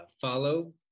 follow